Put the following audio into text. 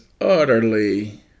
utterly